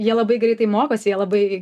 jie labai greitai mokosi jie labai